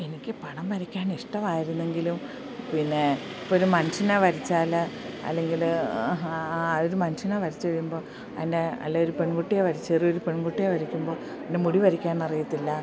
എനിക്ക് പടം വരയ്ക്കാൻ ഇഷ്ടമായിരുന്നെങ്കിലും പിന്നേ ഇപ്പം ഒരു മനുഷ്യനെ വരച്ചാൽ അല്ലെങ്കിൽ ഒരു മനുഷ്യനെ വരച്ചു കഴിയുമ്പോൾ അല്ല ഒരു പെൺകുട്ടിയെ ചെറിയ ഒരു പെൺകുട്ടിയെ വരയ്ക്കുമ്പോൾ അതിൻ്റെ മുടി വരയ്ക്കാൻ അറിയത്തില്ല